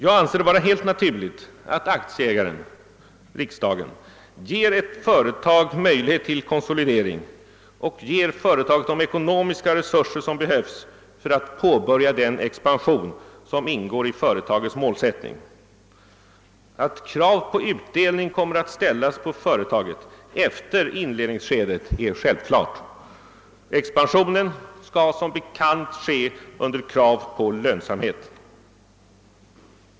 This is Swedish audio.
Jag anser det vara helt naturligt att aktieägaren-riksdagen ger företaget möjlighet till konsolidering och de ekonomiska resurser som behövs för att påbörja den expansion som ingår i företagets målsättning. Att krav på utdelning kommer att ställas på företaget efter inledningsskedet är självklart. Expansionen skall som bekant ske under krav på lönsamhet.